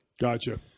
Gotcha